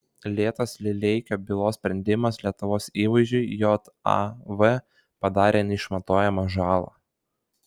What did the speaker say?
lėtas lileikio bylos sprendimas lietuvos įvaizdžiui jav padarė neišmatuojamą žalą